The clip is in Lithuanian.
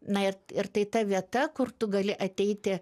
na ir ir tai ta vieta kur tu gali ateiti